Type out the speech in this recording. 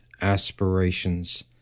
aspirations